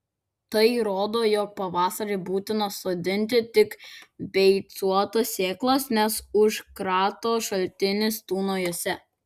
tai rodo jog pavasarį būtina sodinti tik beicuotas sėklas nes užkrato šaltinis tūno jose